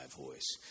voice